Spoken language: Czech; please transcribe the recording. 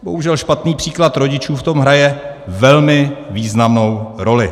Bohužel špatný příklad rodičů v tom hraje velmi významnou roli.